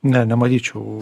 ne nemanyčiau